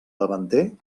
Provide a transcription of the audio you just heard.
davanter